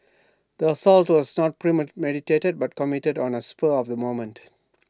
the assault was not premeditated but committed on A spur of the moment